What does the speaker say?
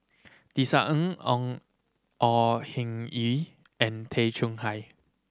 Tisa Ng Ong Au Hing Yee and Tay Chong Hai